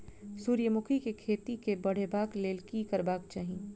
सूर्यमुखी केँ खेती केँ बढ़ेबाक लेल की करबाक चाहि?